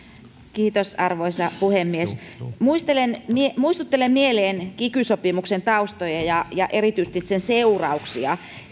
kiitos arvoisa puhemies muistuttelen mieleen kiky sopimuksen taustoja ja ja erityisesti seurauksia